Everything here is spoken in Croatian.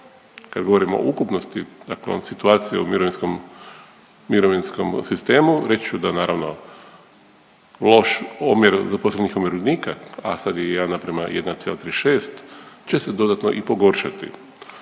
Kad govorimo o ukupnosti, dakle imamo situacije u mirovinskom sistemu reći ću da naravno loš omjer zaposlenih umirovljenika a sad je 1 naprama 1,36 će se dodatno i pogoršati.